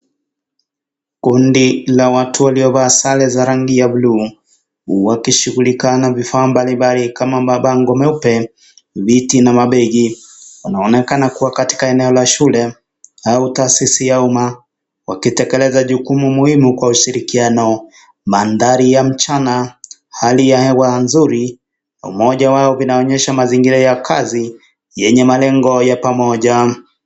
Kundi la watu waliovaa sare za rangi za bluu wakishughulika na vifaa mbalimbali kama mabango meupe, miti na mabegi. Wanaonekana kuwa katika eneo la shule au taasisi ya umma wakitekeleza jukumu muhimu kwa ushirikiano. Maandhari ya mchana, hali ya hewa nzuri. Umoja wao unaonyesha mazingira ya kazi yenye malengo ya pamoja.